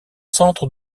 centre